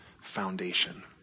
foundation